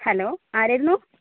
hello ആരായിരുന്നു